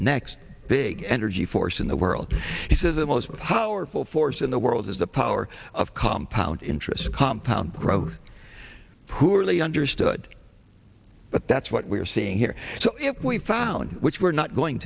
next big energy force in the world he says the most powerful force in the world is the power of compound interest compound growth poorly understood but that's what we're seeing here so if we found which we're not going